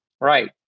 Right